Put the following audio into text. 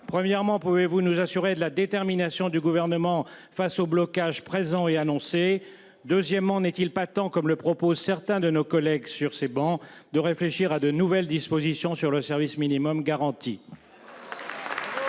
Premier ministre : pouvez-vous nous assurer de la détermination du Gouvernement face aux blocages présents et annoncés ? N'est-il pas temps, comme le proposent certains de nos collègues, de réfléchir à de nouvelles dispositions sur le service minimum garanti ?